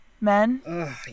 men